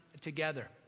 together